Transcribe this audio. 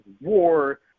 war